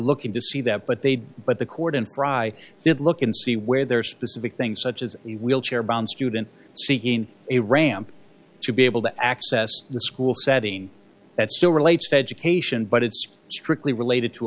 looking to see that but they'd but the court and i did look and see where there are specific things such as a wheelchair bound student seeking a ramp to be able to access the school setting that still relates to education but it's strictly related to